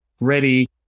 ready